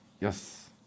yes